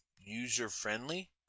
user-friendly